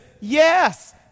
Yes